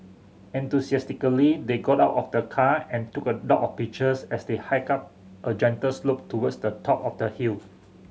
enthusiastically they got out of the car and took a lot of pictures as they hiked up a gentle slope towards the top of the hill